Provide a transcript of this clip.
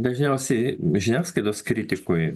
dažniausiai žiniasklaidos kritikui